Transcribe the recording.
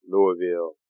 Louisville